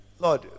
Lord